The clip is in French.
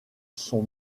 son